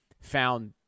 found